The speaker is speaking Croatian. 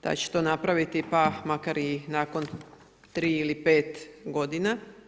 taj će to napraviti pa makar i nakon 3 ili 5 godina.